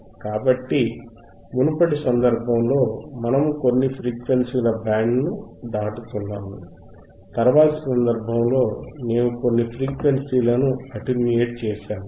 కాబట్టి మునుపటి సందర్భంలో మనము కొన్ని ఫ్రీక్వెన్సీల బ్యాండ్ ను దాతుతున్నాము తరువాతి సందర్భంలో మేము కొన్ని ఫ్రీక్వెన్సీలను అటెన్యూయేట్ చేశాము